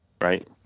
Right